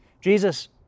Jesus